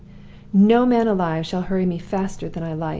no man alive shall hurry me faster than i like!